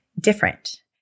different